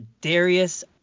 Darius